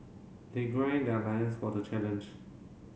they grind their lions for the challenge